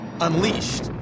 unleashed